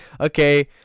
Okay